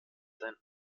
seinen